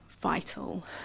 vital